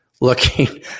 looking